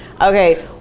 Okay